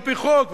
על-פי חוק.